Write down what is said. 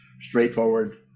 straightforward